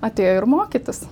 atėjo ir mokytis